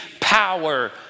power